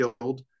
killed